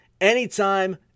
anytime